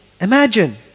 Imagine